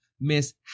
Miss